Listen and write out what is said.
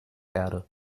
erde